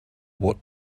what